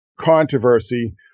controversy